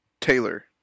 Taylor